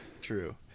True